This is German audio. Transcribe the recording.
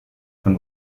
von